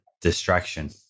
distraction